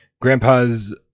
Grandpa's